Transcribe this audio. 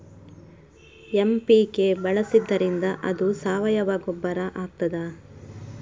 MPK ಬಳಸಿದ್ದರಿಂದ ಅದು ಸಾವಯವ ಗೊಬ್ಬರ ಆಗ್ತದ?